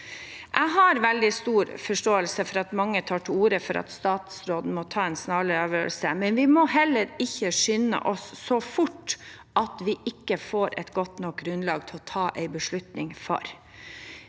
veldig stor forståelse for at mange tar til orde for at statsråden må ta en snarlig avgjørelse, men vi må heller ikke skynde oss så fort at vi ikke får et godt nok grunnlag å ta en beslutning på.